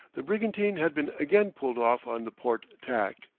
the brigantine had been again pulled off on the port tack.